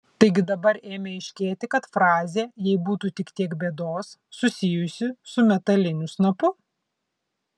taigi dabar ėmė aiškėti kad frazė jei būtų tik tiek bėdos susijusi su metaliniu snapu